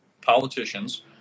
politicians